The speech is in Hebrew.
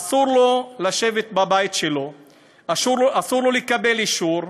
אסור לו לשבת בבית שלו, אסור לו לקבל אישור.